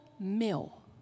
Mill